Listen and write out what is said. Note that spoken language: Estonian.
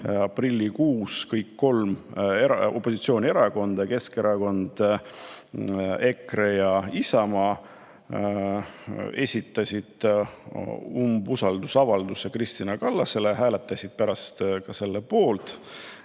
aprillikuus esitasid kõik kolm opositsioonierakonda – Keskerakond, EKRE ja Isamaa – umbusaldusavalduse Kristina Kallasele ja hääletasid pärast ka selle poolt.